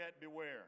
beware